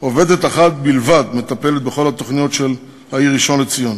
עובדת אחת בלבד מטפלת בכל התוכניות של העיר ראשון-לציון.